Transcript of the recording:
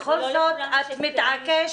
בכל זאת את מתעקשת.